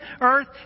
earth